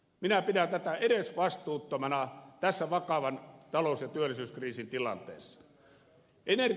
minä pidän tätä edesvastuuttomana tässä vakavan talous ja työllisyyskriisin tilanteessa